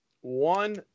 one